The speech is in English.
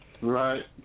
right